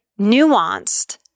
nuanced